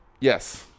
Yes